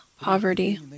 poverty